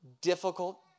Difficult